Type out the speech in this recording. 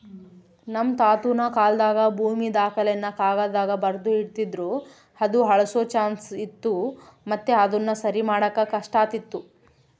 ನಮ್ ತಾತುನ ಕಾಲಾದಾಗ ಭೂಮಿ ದಾಖಲೆನ ಕಾಗದ್ದಾಗ ಬರ್ದು ಇಡ್ತಿದ್ರು ಅದು ಅಳ್ಸೋ ಚಾನ್ಸ್ ಇತ್ತು ಮತ್ತೆ ಅದುನ ಸರಿಮಾಡಾಕ ಕಷ್ಟಾತಿತ್ತು